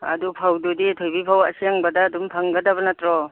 ꯑꯗꯨ ꯐꯧꯗꯨꯗꯤ ꯊꯣꯏꯕꯤ ꯐꯧ ꯑꯁꯦꯡꯕꯗ ꯑꯗꯨꯝ ꯐꯪꯒꯗꯕ ꯅꯠꯇ꯭ꯔꯣ